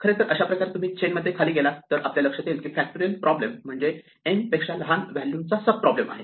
खरेतर अशाप्रकारे तुम्ही चेन मध्ये खाली गेलात तर लक्षात येईल की फॅक्टोरिअल हा प्रॉब्लेम म्हणजे n पेक्षा लहान असलेल्या व्हॅल्यू चा सब प्रॉब्लेम आहे